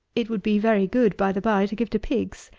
it would be very good, by-the-by, to give to pigs.